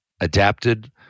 adapted